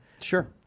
Sure